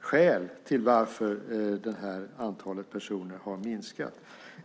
skäl till varför det här antalet personer har minskat.